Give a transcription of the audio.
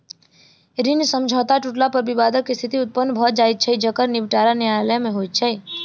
ऋण समझौता टुटला पर विवादक स्थिति उत्पन्न भ जाइत छै जकर निबटारा न्यायालय मे होइत छै